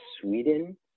Sweden